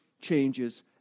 changes